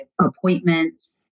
appointments